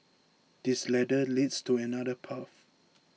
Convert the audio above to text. this ladder leads to another path